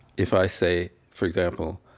if i say, for example,